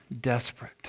desperate